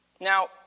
Now